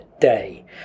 day